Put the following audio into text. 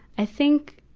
i think,